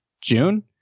June